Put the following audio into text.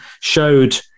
showed